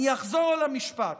אחזור על המשפט: